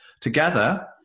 together